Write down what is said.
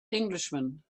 englishman